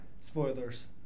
Spoilers